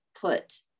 put